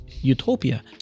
utopia